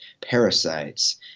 parasites